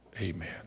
Amen